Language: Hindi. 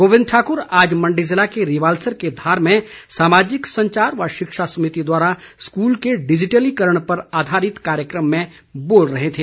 गोविंद ठाकुर आज मण्डी जिला के रिवालसर के धार में सामाजिक संचार व शिक्षा समिति द्वारा स्कूल के डिजिटलीकरण पर आधारित कार्यक्रम में बोल रहे थे